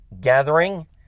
gathering